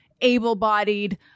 able-bodied